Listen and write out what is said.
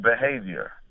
behavior